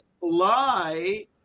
lie